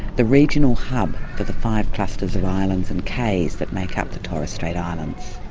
the regional hub for the five clusters of islands and cays that make up the torres strait islands.